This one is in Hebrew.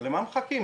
למה אנחנו מחכים?